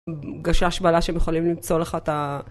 גשש בלש הם יכולים למצוא לך את ה...